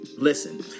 Listen